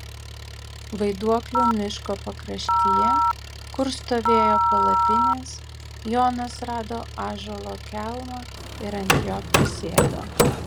vaiduoklių miško pakraštyje kur stovėjo palapinės jonas rado ąžuolo kelmą ir ant jo prisėdo